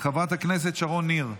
חברת הכנסת שרון ניר,